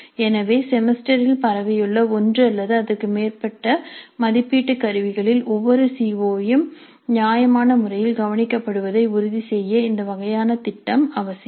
எனவே செமஸ்டரில் பரவியுள்ள ஒன்று அல்லது அதற்கு மேற்பட்ட மதிப்பீட்டு கருவிகளில் ஒவ்வொரு சிஓ யும் நியாயமான முறையில் கவனிக்கப்படுவதை உறுதிசெய்ய இந்த வகையான திட்டம் அவசியம்